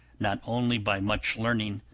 not only by much learning,